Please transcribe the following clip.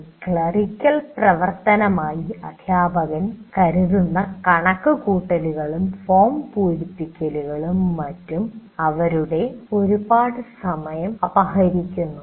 ഒരു ക്ലറിക്കൽ പ്രവർത്തനമായി അധ്യാപകർ കരുതുന്ന കണക്കുകൂട്ടലുകളും ഫോം പൂരിപ്പിക്കലുകളും മറ്റും അവരുടെ ഒരുപാട് സമയം അപഹരിക്കുന്നു